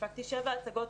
הפקתי שבע הצגות,